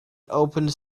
opened